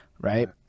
right